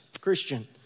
Christian